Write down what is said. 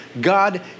God